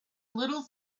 little